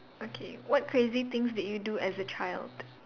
okay what crazy things did you do as a child